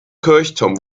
kirchturm